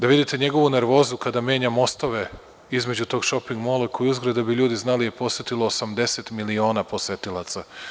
Da vidite njegovu nervozu kada menja mostove između tog šoping mola, koji je uzgred, da bi ljudi znali, posetilo 80 miliona posetilaca.